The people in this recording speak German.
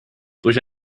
durch